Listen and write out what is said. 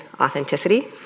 authenticity